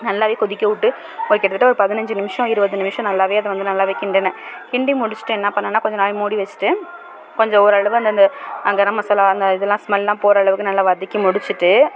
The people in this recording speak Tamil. நல்லாவே கொதிக்கவிட்டு கிட்டத்தட்ட ஒரு பதினஞ்சு நிமிஷம் இருபது நிமிஷம் நல்லாவே வந்து நல்லாவே கிண்டன கிண்டி முடிச்சிட்டா என்னா பண்ணன்னா கொஞ்சம் நேரம் மூடிவச்சிவிட்டு கொஞ்சம் ஓரளவு அங்கே நம்ம சில இதெல்லாம் ஸ்மேல்லாம் போரளாவுக்கு நல்லா வதக்கி முடிச்சிவிட்டு